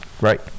Right